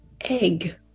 egg